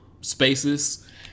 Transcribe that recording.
spaces